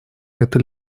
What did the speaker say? это